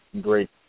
great